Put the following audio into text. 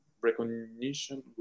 recognition